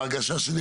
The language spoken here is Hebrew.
ההרגשה שלי,